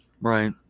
right